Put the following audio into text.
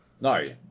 No